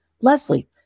Leslie